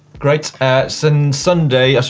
great. ah so and sunday, so